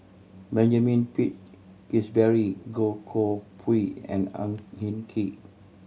Benjamin Peach Keasberry Goh Koh Pui and Ang Hin Kee